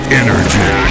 energy